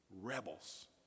Rebels